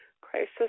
crisis